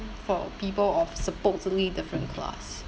for people of supposedly different class